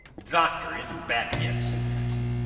doctor isn't back yet, said matthew,